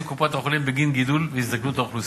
קופת-החולים בגין גידול והזדקנות האוכלוסייה.